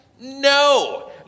no